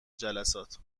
جلسات